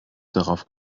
darauf